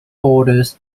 borders